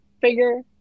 figure